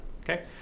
okay